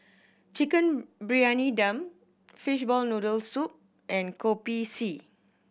Chicken Briyani Dum fishball noodle soup and Kopi C